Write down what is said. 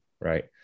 right